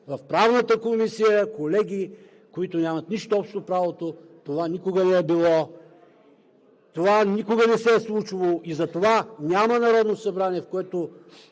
в Правната комисия, членуват колеги, които нямат нищо общо с правото. Това никога не е било! Това никога не се е случвало! И затова няма Народно събрание, в което